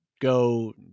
go